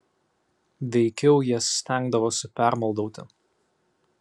veikiau jas stengdavosi permaldauti